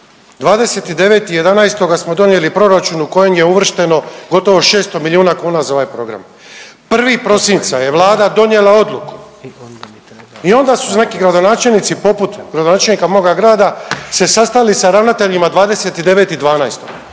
29.11. smo donijeli proračun u kojem je uvršteno gotovo 600 milijuna kuna za ovaj program. 1. prosinca je Vlada donijela odluku i onda su neki gradonačelnici poput gradonačelnika moga grada se sastali sa ravnateljima 29.12.